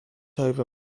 over